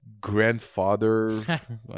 grandfather